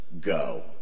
go